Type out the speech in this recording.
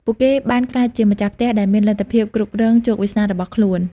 ពួកគេបានក្លាយជាម្ចាស់ផ្ទះដែលមានលទ្ធភាពគ្រប់គ្រងជោគវាសនារបស់ខ្លួន។